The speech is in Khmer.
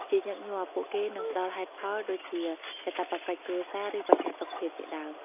ជាញឹកញាប់ ពួកគេនឹងផ្តល់ហេតុផល ដូចជាកាតព្វកិច្ចគ្រួសារ ឬបញ្ហាសុខភាពជាដើម។